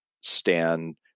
stand